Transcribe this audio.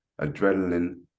adrenaline